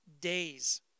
days